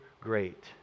great